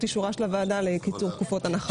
אישורה של הוועדה לקיצור תקופות הנחה.